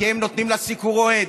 כי הם נותנים לה סיקור אוהד.